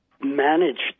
managed